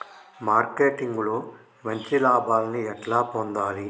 Marketing లో మంచి లాభాల్ని ఎట్లా పొందాలి?